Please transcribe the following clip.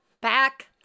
back